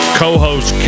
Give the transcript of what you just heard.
co-host